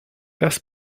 das